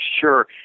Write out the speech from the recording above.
Sure